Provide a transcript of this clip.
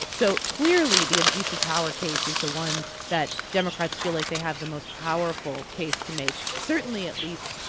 so, clearly, the abuse of power case is the one that democrats feel like they have the most powerful case to make, certainly, at least,